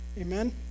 amen